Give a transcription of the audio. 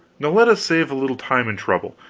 now let us save a little time and trouble.